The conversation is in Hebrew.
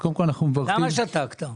למה שתקת?